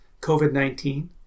COVID-19